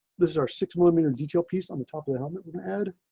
this is our six millimeter detail piece on the top of the helmet. we can add